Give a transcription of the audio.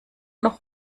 noch